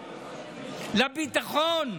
לביטחון,